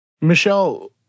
Michelle